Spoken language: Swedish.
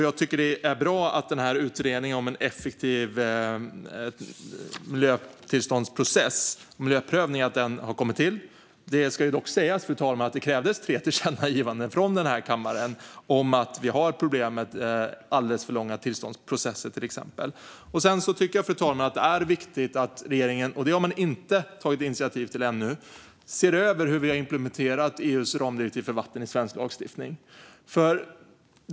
Jag tycker att det är bra att utredningen om en effektiv miljötillståndsprocess och miljöprövning har tillsatts. Det ska dock sägas, fru talman, att det krävdes tre tillkännagivanden från den här kammaren om att vi har problem, till exempel med alldeles för långa tillståndsprocesser. Fru talman! Jag tycker att det är viktigt att regeringen ser över hur vi har implementerat EU:s ramdirektiv för vatten i svensk lagstiftning, men det har man ännu inte tagit initiativ till.